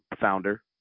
Founder